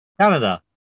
Canada